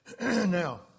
Now